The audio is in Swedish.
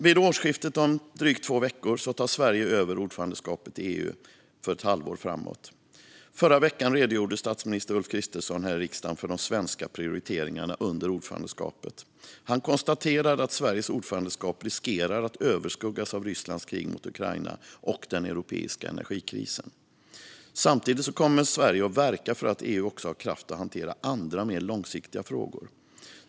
Vid årsskiftet, om drygt två veckor, tar Sverige över ordförandeskapet i EU för ett halvår framåt. Förra veckan redogjorde statsminister Ulf Kristersson här i riksdagen för de svenska prioriteringarna under ordförandeskapet. Han konstaterade att Sveriges ordförandeskap riskerar att överskuggas av Rysslands krig mot Ukraina och den europeiska energikrisen. Samtidigt kommer Sverige att verka för att EU också ska ha kraft att hantera andra mer långsiktiga frågor.